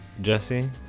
Jesse